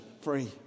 free